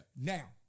Now